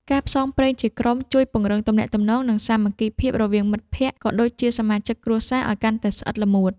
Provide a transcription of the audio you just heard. ការផ្សងព្រេងជាក្រុមជួយពង្រឹងទំនាក់ទំនង និងសាមគ្គីភាពរវាងមិត្តភក្តិ ក៏ដូចជាសមាជិកគ្រួសារឱ្យកាន់តែស្អិតល្មួត។